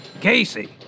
Casey